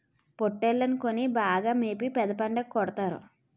పోట్టేల్లని కొని బాగా మేపి పెద్ద పండక్కి కొడతారు